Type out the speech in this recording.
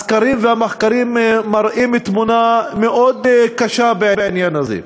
הסקרים והמחקרים מראים תמונה מאוד קשה בעניין הזה.